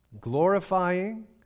glorifying